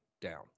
down